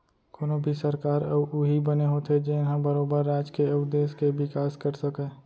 कोनो भी सरकार उही बने होथे जेनहा बरोबर राज के अउ देस के बिकास कर सकय